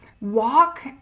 Walk